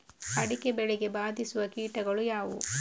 ಅಡಿಕೆ ಬೆಳೆಗೆ ಬಾಧಿಸುವ ಕೀಟಗಳು ಯಾವುವು?